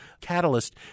catalyst